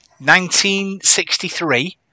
1963